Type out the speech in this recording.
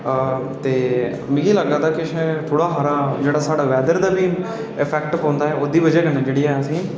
ते मिगी लग्गा दा कि जेह्ड़ा साढ़ा वैदर ऐ दा बी इफैक्ट पौंदा ओह्दी बजह् कन्नै जेह्ड़ी साढ़ी